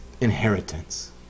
inheritance